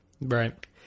Right